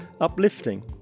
uplifting